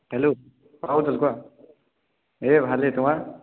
hello অঁ পুতুল কোৱা এই ভালে তোমাৰ